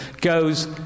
goes